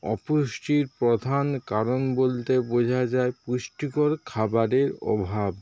অপুষ্টির প্রধান কারণ বলতে বোঝা যায় পুষ্টিকর খাবারের অভাব